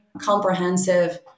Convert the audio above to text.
comprehensive